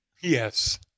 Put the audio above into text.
Yes